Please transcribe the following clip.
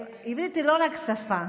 עברית היא לא רק שפה,